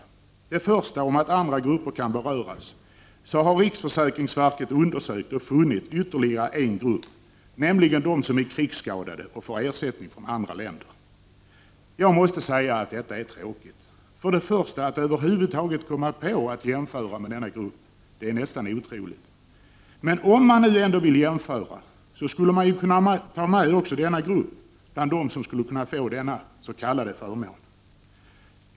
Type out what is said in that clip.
Beträffande det första, att andra grupper kan beröras, har riksförsäkringsverket undersökt och funnit ytterligare en grupp, nämligen de som är krigsskadade och får ersättning från andra länder. Jag måste säga att detta är tråkigt. Till att börja med, att över huvud taget komma på att jämföra med denna grupp är nästan otroligt. Men om man nu ändå vill jämföra, skulle man ju kunna ta med också denna grupp bland dem som skulle kunna få denna s.k. förmån.